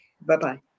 Bye-bye